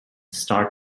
star